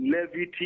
levity